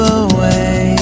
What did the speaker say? away